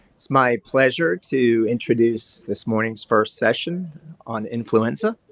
it's my pleasure to introduce this morning's first session on influenza.